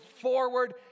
forward